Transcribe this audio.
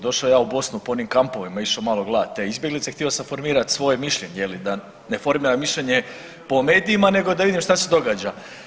Došo ja u Bosnu po onim kampovima, išao malo gledat te izbjeglice i htio sam formirat svoje mišljenje je li da ne formiram mišljenje po medijima nego da vidim šta se događa.